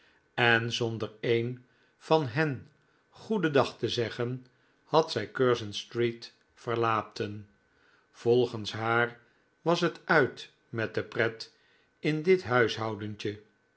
en zonder een van hen goeden dag te zeggen had zij curzon street verlaten volgens haar was het uit met de pret in dit